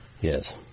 Yes